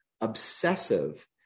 obsessive